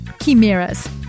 Chimeras